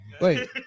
Wait